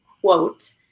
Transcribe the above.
quote